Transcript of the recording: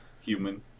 Human